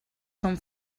són